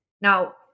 Now